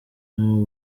abantu